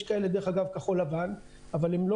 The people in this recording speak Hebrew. יש כאלה דרך אגב כחול-לבן אבל הם לא